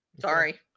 Sorry